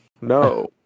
No